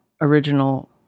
original